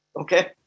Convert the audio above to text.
okay